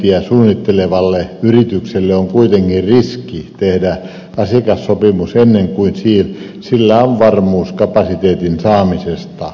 rautatieliikennöintiä suunnittelevalle yritykselle on kuitenkin riski tehdä asiakassopimus ennen kuin sillä on varmuus kapasiteetin saamisesta